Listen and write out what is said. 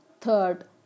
third